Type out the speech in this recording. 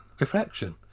reflection